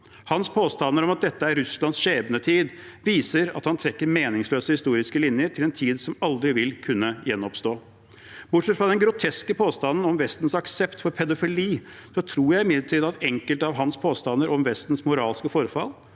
Hans påstander om at dette er Russlands skjebnetid, viser at han trekker meningsløse historiske linjer til en tid som aldri vil kunne gjenoppstå. Bortsett fra den groteske påstanden om Vestens aksept for pedofili, tror jeg imidlertid at enkelte av hans påstander om Vestens moralske forfall